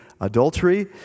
adultery